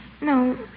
No